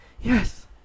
Yes